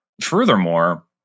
furthermore